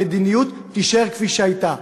המדיניות תישאר כפי שהייתה,